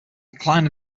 decline